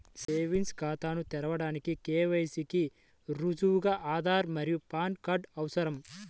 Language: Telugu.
సేవింగ్స్ ఖాతాను తెరవడానికి కే.వై.సి కి రుజువుగా ఆధార్ మరియు పాన్ కార్డ్ అవసరం